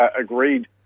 agreed